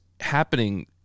happening